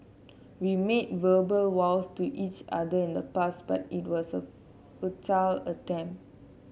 we made verbal vows to each other in the past but it was a futile attempt